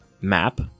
map